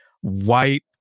white